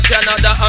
Canada